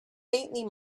faintly